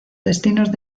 destinos